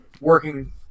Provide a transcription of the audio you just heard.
working